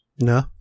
No